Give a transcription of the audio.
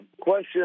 question